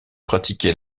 pratiquer